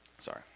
Sorry